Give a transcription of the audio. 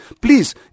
please